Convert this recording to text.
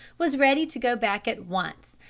was ready to go back at once,